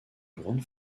grande